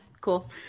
Cool